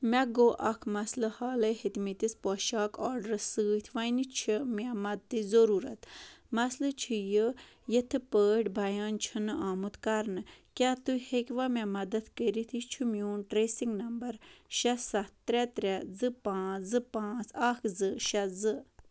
مےٚ گوٚو اکھ مَسلہٕ حالَے ہیٚتۍمٕتِس پوشاک آرڈرَس سۭتۍ وۄنہِ چھِ مےٚ مَدتٕچ ضٔروٗرت مَسلہٕ چھُ یہِ یِتھ پٲٹھۍ بیان چھُنہٕ آمُت کرنہٕ کیٛاہ تُہۍ ہیٚکِوا مےٚ مدتھ کٔرِتھ یہِ چھُ میون ٹرٛیسِنٛگ نمبر شےٚ سَتھ ترٛےٚ ترٛےٚ زٕ پانٛژھ زٕ پانٛژھ اکھ زٕ شےٚ زٕ